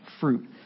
fruit